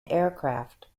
aircraft